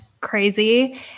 crazy